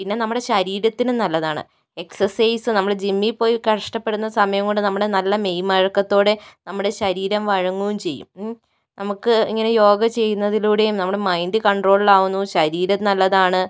പിന്നേ നമ്മുടെ ശരീരത്തിനും നല്ലതാണ് എക്സ്സൈസ് നമ്മള് ജിമ്മിൽ പോയി കഷ്ടപ്പെടുന്ന സമയം കൊണ്ട് നമ്മുടെ നല്ല മെയ് വഴക്കത്തോടെ നമ്മുടെ ശരീരം വഴങ്ങുകയും ചെയ്യും ഉം നമുക്ക് ഇങ്ങനെ യോഗ ചെയ്യുന്നതിലൂടെയും നമ്മുടെ മൈൻഡ് കോൺട്രോളിലാവുന്നു ശരീരം നല്ലതാണ്